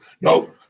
no